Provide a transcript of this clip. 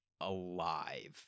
alive